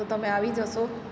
તો તમે આવી જશો